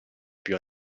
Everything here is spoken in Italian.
più